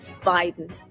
biden